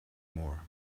more